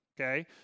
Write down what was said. okay